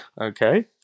okay